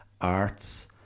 arts